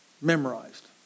memorized